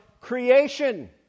creation